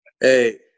Hey